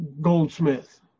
goldsmith